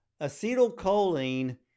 acetylcholine